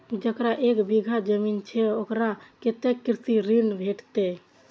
जकरा एक बिघा जमीन छै औकरा कतेक कृषि ऋण भेटत?